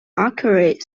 archery